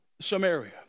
Samaria